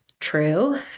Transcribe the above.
true